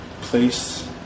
place